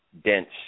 dense